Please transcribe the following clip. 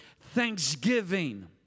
thanksgiving